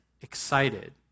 excited